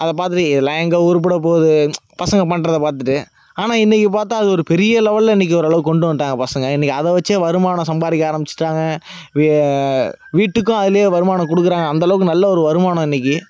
அதை பார்த்துட்டு இதெலாம் எங்கே உருப்பட போகுது பசங்கள் பண்ணுறத பார்த்துட்டு ஆனால் இன்றைக்கி பார்த்தா அது ஒரு பெரிய லெவெலில் இன்றைக்கி ஓரளவுக்கு கொண்டு வந்துட்டாங்க பசங்கள் இன்றைக்கி அதை வச்சே வருமானம் சம்பாதிக்க ஆரம்பிச்சிட்டாங்க வீட்டுக்கும் அதிலேயே வருமானோம் கொடுக்குறாங்க அந்தளவுக்கு நல்ல ஒரு வருமானம் இன்றைக்கி